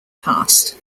passed